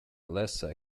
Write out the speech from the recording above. lesser